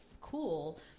cool